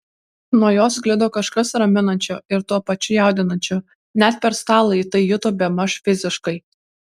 nuo jo sklido kažkas raminančio ir tuo pačiu jaudinančio net per stalą ji tai juto bemaž fiziškai